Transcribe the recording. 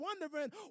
wondering